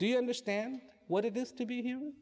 do you understand what it is to be h